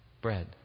bread